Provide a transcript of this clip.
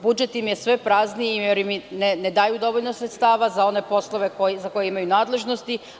Budžet im je sve prazniji, jer im ne daju dovoljno sredstava za one poslove za koje imaju nadležnosti.